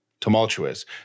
tumultuous